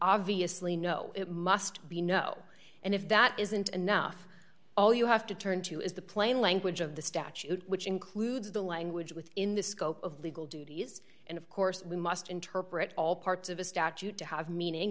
obviously no it must be no and if that isn't enough all you have to turn to is the plain language of the statute which includes the language within the scope of the eagle duties and of course we must interpret all parts of a statute to have meaning